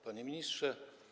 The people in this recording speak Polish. Panie Ministrze!